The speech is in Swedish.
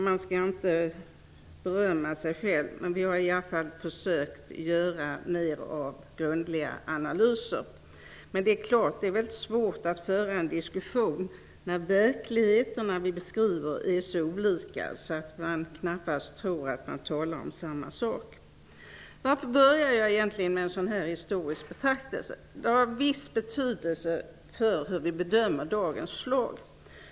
Man skall inte berömma sig själv, men vi har i alla försökt att göra mer av grundliga analyser. Men det är mycket svårt att föra en diskussion när de verkligheter som vi beskriver är så olika att man knappast tror att man talar om samma sak. Varför börjar jag egentligen med en sådan här historisk betraktelse? Den har viss betydelse för hur vi bedömer dagens förslag.